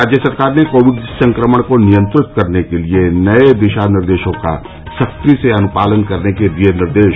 राज्य सरकार ने कोविड संक्रमण को नियंत्रित करने के लिए नए दिशा निर्देशों का सख्ती से अनुपालन करने के दिये निर्देश